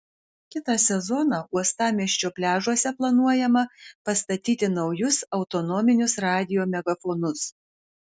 kitą sezoną uostamiesčio pliažuose planuojama pastatyti naujus autonominius radijo megafonus